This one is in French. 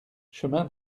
chemin